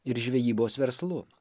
ir žvejybos verslu